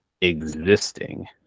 existing